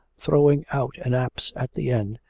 throwing out an apse at the end,